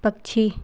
पक्षी